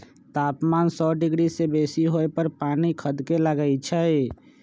तापमान सौ डिग्री से बेशी होय पर पानी खदके लगइ छै